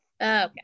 Okay